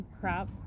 crap